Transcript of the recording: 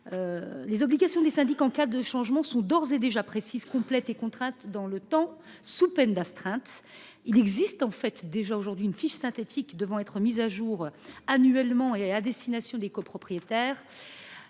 Les obligations des syndics en cas de changement sont d’ores et déjà précises, complètes et contraintes dans le temps, sous peine d’astreinte. Il existe déjà une fiche synthétique devant être mise à jour annuellement, à destination des copropriétaires.